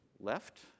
left